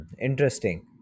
interesting